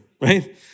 right